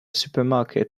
supermarket